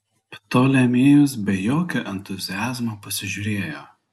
ptolemėjus be jokio entuziazmo pasižiūrėjo